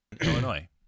Illinois